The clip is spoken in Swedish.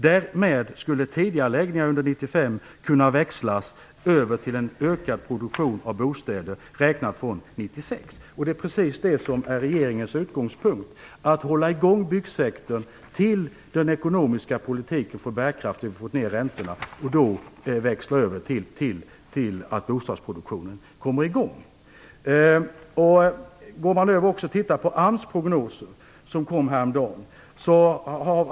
Därmed skulle tidigareläggningar under 1995 kunna växlas över till en ökad produktion av bostäder räknat från 1996." Det är precis det som är regeringens utgångspunkt. Vi skall hålla i gång byggsektorn till dess att den ekonomiska politiken får bärkraft och räntorna sjunker, och då skall vi växla över till att få i gång bostadsproduktionen. AMS prognoser kom häromdagen.